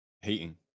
hating